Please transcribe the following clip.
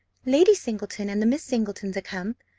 lady singleton and the miss singletons are come.